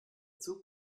zug